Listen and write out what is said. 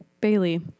Bailey